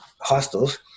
hostels